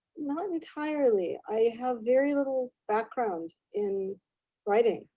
not entirely, i have very little background in writing.